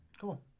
Cool